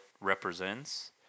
represents